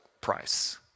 price